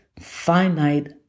finite